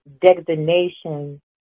designation